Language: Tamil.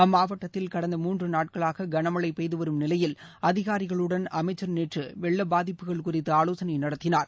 அம்மாவட்டத்தில் கடந்த மூன்று நாட்களாக கனமழை பெய்து வரும் நிலையில் அதிகாரிகளுடன் அமைச்சர் நேற்று வெள்ளபாதிப்புகள் குறித்து ஆவோசனை நடத்தினார்